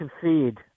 concede